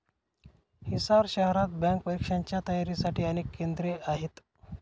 हिसार शहरात बँक परीक्षांच्या तयारीसाठी अनेक केंद्रे आहेत